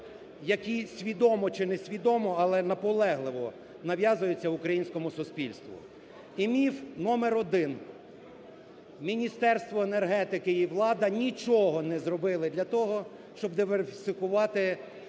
які свідомо чи несвідомо, але наполегливо, нав'язуються українському суспільству. І міф номер один. Міністерство енергетики і влада нічого не зробили для того, щоб диверсифікувати